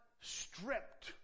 stripped